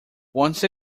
once